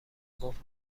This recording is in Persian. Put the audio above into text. گفت